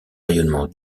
rayonnements